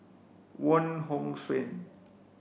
Wong Hong Suen